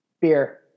beer